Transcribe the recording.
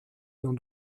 dans